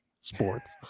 sports